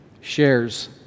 shares